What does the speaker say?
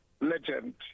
legend